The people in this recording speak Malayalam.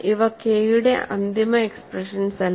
ഇവ കെ യുടെ അന്തിമ എക്സ്പ്രഷൻസ് അല്ല